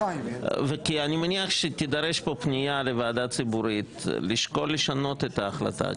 אני מניח שתידרש פה פנייה לוועדה הציבורית לשקול לשנות את ההחלטה,